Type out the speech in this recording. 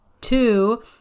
Two